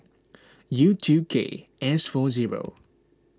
U two K S four zero